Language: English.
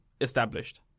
established